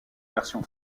version